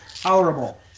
tolerable